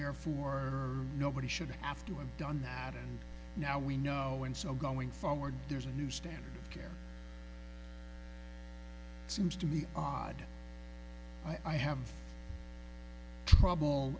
therefore nobody should have to have done that and now we know and so going forward there's a new standard of care seems to be odd i have trouble